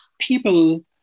people